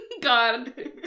God